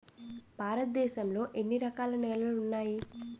భారతదేశం లో ఎన్ని రకాల నేలలు ఉన్నాయి?